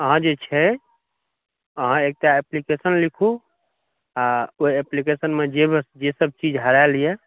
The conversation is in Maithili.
अहाँ जे छै अहाँ एकटा एप्लीकेशन लिखूँ आ ओहि एप्लीकेशनमे जे सभ चीज हरायल यऽ